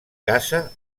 casa